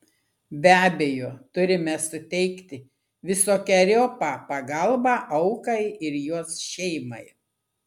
be abejo turime suteikti visokeriopą pagalbą aukai ir jos šeimai